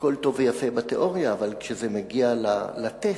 הכול טוב ויפה בתיאוריה, אבל כשזה מגיע לטסט